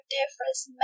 Difference